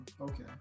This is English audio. Okay